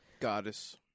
Goddess